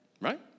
Right